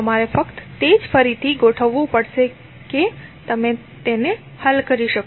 તમારે ફક્ત તે રીતે ફરીથી ગોઠવવું પડશે કે તમે તેને હલ કરી શકો